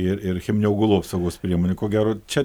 ir ir cheminių augalų saugos priemonių ko gero čia